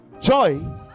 Joy